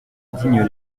digne